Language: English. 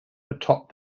atop